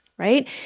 right